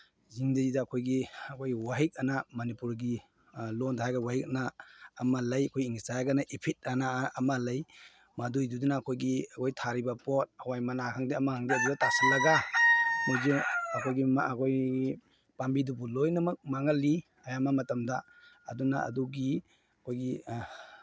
ꯁꯤꯡꯁꯤꯗ ꯑꯩꯈꯣꯏꯒꯤ ꯑꯩꯈꯣꯏ ꯋꯥꯍꯤꯛꯑꯅ ꯃꯅꯤꯄꯨꯔꯒꯤ ꯂꯣꯟꯗ ꯍꯥꯏꯔꯒꯅ ꯋꯥꯍꯤꯛꯑꯅ ꯑꯃ ꯂꯩ ꯑꯩꯈꯣꯏ ꯏꯪꯂꯤꯁꯇ ꯍꯥꯏꯔꯒꯅ ꯏꯐꯤꯠꯑꯅ ꯑꯃ ꯂꯩ ꯃꯗꯨꯏꯗꯨꯗꯨꯅ ꯑꯩꯈꯣꯏꯒꯤ ꯑꯩꯈꯣꯏ ꯊꯥꯔꯤꯕ ꯄꯣꯠ ꯍꯋꯥꯏ ꯃꯅꯥ ꯈꯪꯗꯦ ꯑꯃ ꯈꯪꯗꯦ ꯑꯗꯨꯗ ꯇꯥꯁꯤꯜꯂꯒ ꯃꯣꯏꯁꯦ ꯑꯩꯈꯣꯏꯒꯤ ꯑꯩꯈꯣꯏ ꯃꯥꯒꯤ ꯄꯥꯝꯕꯤꯗꯨꯕꯨ ꯂꯣꯏꯅꯃꯛ ꯃꯥꯡꯍꯜꯂꯤ ꯑꯌꯥꯝꯕ ꯃꯇꯝꯗ ꯑꯗꯨꯅ ꯑꯗꯨꯒꯤ ꯑꯩꯈꯣꯏꯒꯤ